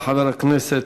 חוק-יסוד: